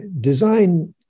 design